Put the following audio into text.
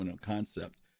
concept